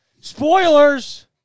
Spoilers